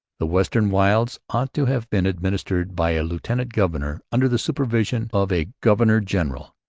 the western wilds ought to have been administered by a lieutenant-governor under the supervision of a governor-general.